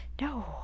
No